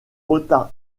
retard